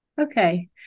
Okay